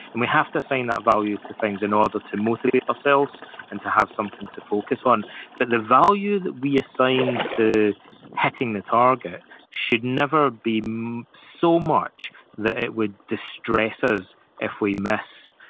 and we have to assign that value to things in order to motivate ourselves and to have something to focus on. but the value that we assign to hitting the target should never be so much that it would distress us if we miss.